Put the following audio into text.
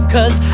Cause